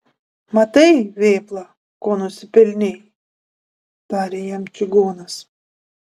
matai vėpla ko nusipelnei tarė jam čigonas